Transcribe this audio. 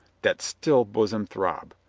that still bosom throb?